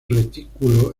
retículo